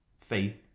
faith